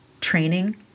training